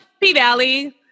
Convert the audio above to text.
P-Valley